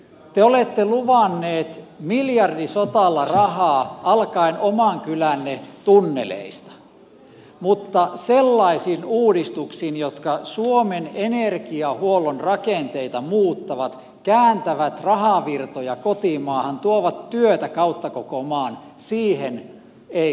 te olette luvannut miljardisotalla rahaa alkaen oman kylänne tunneleista mutta sellaisiin uudistuksiin jotka suomen energiahuollon rakenteita muuttavat kääntävät rahavirtoja kotimaahan tuovat työtä kautta koko maan ei ollut rahaa